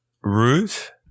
root